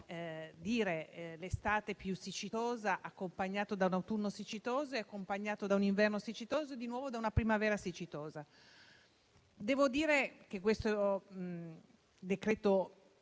l'estate più siccitosa accompagnata da un autunno siccitoso, accompagnato da un inverno siccitoso e di nuovo da una primavera siccitosa. Devo dire che le